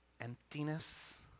emptiness